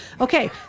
Okay